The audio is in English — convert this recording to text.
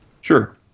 Sure